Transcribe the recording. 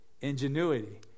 ingenuity